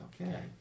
Okay